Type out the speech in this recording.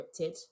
scripted